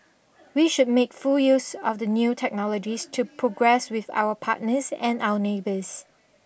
we should make full use of the new technologies to progress with our partners and our neighbours